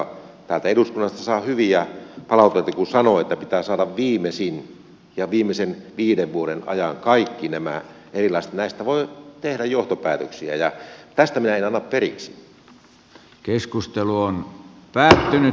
täältä eduskunnasta saa hyviä palautteita kun sanoo että pitää saada viimeisin ja viimeisen viiden vuoden ajalta kaikista näistä erilaisista voi tehdä johtopäätöksiä ja tästä minä en anna periksi